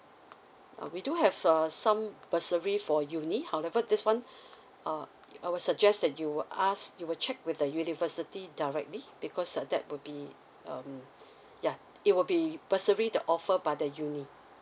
uh we do have uh some bursary for uni however this one uh I would suggest that you ask you will check with the university directly because uh that would be um yeah it will be bursary the offer by the uni